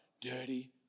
Dirty